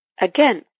Again